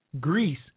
Greece